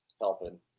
helping